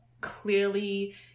clearly